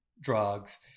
drugs